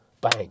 bang